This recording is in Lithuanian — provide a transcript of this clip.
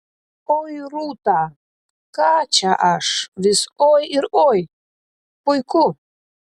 oi rūta ką čia aš vis oi ir oi puiku